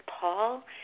Paul